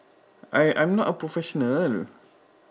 I I'm not a professional